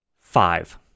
Five